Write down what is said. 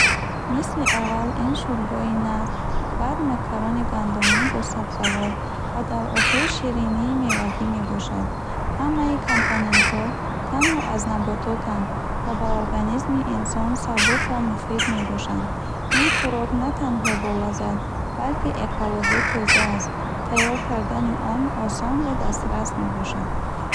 Мисли аввал ин шӯрбои наск, баъд макарони гандумӣ бо сабзавот ва дар охир ширинии мевагӣ мебошад. Ҳамаи компонентҳо танҳо аз набототанд ва ба организми инсон сабук ва муфид мебошанд. Ин хӯрок на танҳо болаззат, балки экологӣ тоза аст. Тайёр кардани он осон ва дастрас мебошад.